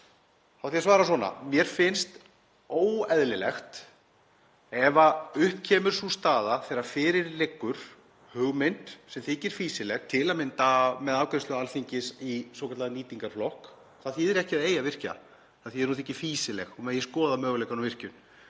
ég að svara svona: Mér finnst óeðlilegt ef upp kemur sú staða þegar fyrir liggur hugmynd sem þykir fýsileg til að mynda með afgreiðslu Alþingis í svokallaðan nýtingarflokk — það þýðir ekki að það eigi að virkja. Það þýðir að það þyki fýsilegt og megi skoða möguleikann á virkjun.